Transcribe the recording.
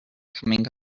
coming